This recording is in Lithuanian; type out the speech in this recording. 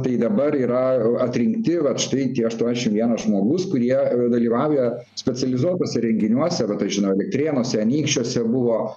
tai dabar yra atrinkti vat štai tie aštuoniasdešim vienas žmogus kurie dalyvauja specializuotuose renginiuose vat aš žinau elektrėnuose anykščiuose buvo